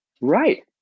right